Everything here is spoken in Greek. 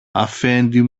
αφέντη